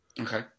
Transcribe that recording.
Okay